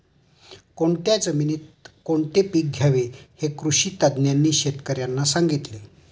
कोणत्या जातीच्या जमिनीत कोणते पीक घ्यावे हे कृषी तज्ज्ञांनी शेतकर्यांना सांगितले